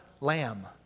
lamb